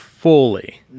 fully